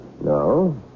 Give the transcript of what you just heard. No